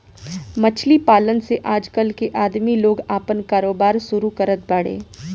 मछली पालन से आजकल के आदमी लोग आपन कारोबार शुरू करत बाड़े